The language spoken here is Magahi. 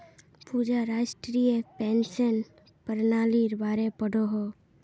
पूजा राष्ट्रीय पेंशन पर्नालिर बारे पढ़ोह